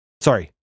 Sorry